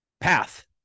path